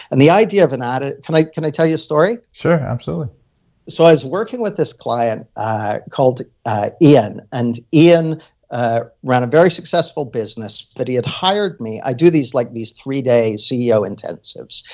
and the idea of an added. can i can i tell you a story? sure, absolutely so i was working with this client called ian. and ian ah run a very successful business, but he had hired me. i do these like these three-day ceo intensives.